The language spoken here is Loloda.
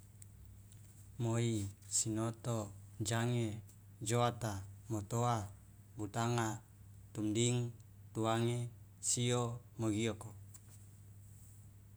Moi sinoto jange joata motoa butanga tumding tuange sio mogioko.